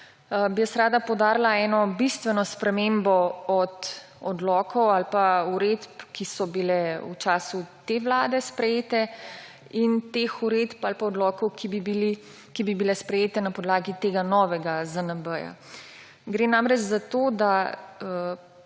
bi jaz rada poudarila eno bistveno spremembo od odlokov ali pa uredb, ki so bile v času te vlade sprejete, in teh uredb ali pa odlokov, ki bi bili sprejeti na podlagi tega novega ZNB. Gre namreč za to, da